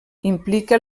implica